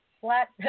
flat